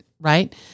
Right